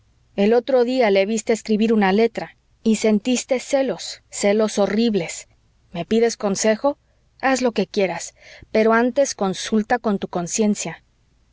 el otro día le viste escribir una letra y sentiste celos celos horribles me pides consejo haz lo que quieras pero antes consulta con tu conciencia